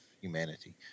humanity